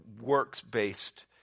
works-based